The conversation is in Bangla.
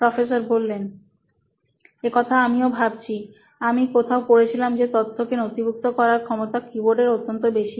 প্রফেসর একথা আমিও ভাবছি আমি কোথাও পড়েছিলাম যে তথ্য কে নথিভুক্ত করার ক্ষমতা কিবোর্ডের অত্যন্ত বেশি